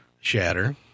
shatter